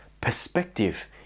perspective